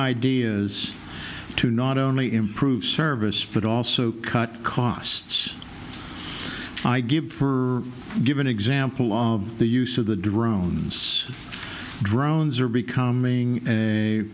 ideas to not only improve service but also cut costs i give for give an example of the use of the drums drones are becoming a